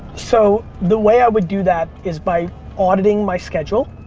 so the way i would do that is by auditing my schedule